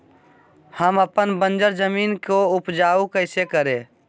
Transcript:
हम अपन बंजर जमीन को उपजाउ कैसे करे?